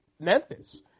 Memphis